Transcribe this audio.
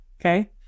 Okay